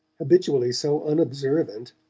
habitually so unobservant,